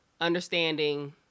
understanding